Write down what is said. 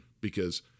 Because-